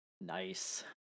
Nice